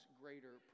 greater